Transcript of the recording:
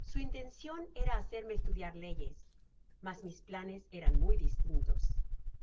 su intencion era hacerme estudiar leyes mas mis planes eran muy distintos